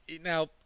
Now